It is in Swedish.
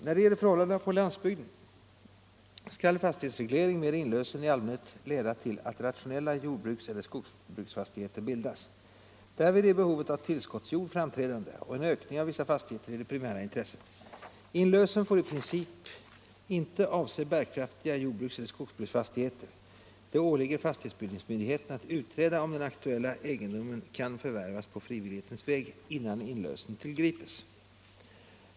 När det gäller förhållandena på landsbygden skall fastighetsreglering med inlösen i allmänhet leda till att rationella jordbrukseller skogsbruksfastigheter bildas. Därvid är behovet av tillskottsjord framträdande, och en ökning av vissa fastigheter är det primära intresset. Inlösen får i princip inte avse bärkraftiga jordbrukseller skogsbruksfastigheter. Det åligger fastighetsbildningsmyndigheten att utreda om den aktuella egendomen kan förvärvas på frivillighetens väg, innan inlösen tillgrips.